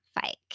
Fike